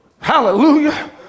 hallelujah